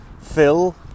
Phil